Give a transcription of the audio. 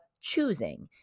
choosing